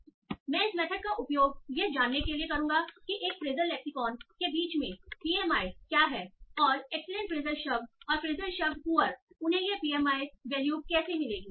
इसलिए मैं इस मेथड का उपयोग यह जानने के लिए करूंगा कि एक फ्रेसएल लेक्सिकॉन के बीच पीएमआई क्या है और एक्सीलेंट फ्रेसएल शब्द और फ्रेसएल शब्द पुअर उन्हें यह पीएमआई वैल्यू कैसे मिलेगी